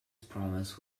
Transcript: promise